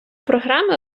програми